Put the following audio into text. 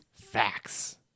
Facts